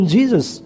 Jesus